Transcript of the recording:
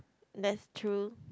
that's true